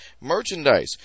merchandise